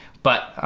but